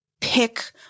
pick